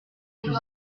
fusils